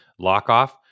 Lockoff